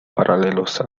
paralelos